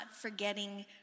forgetting